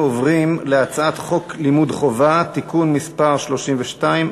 אנחנו עוברים להצעת חוק לימוד חובה (תיקון מס' 32),